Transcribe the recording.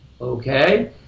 Okay